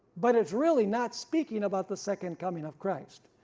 but it's really not speaking about the second coming of christ.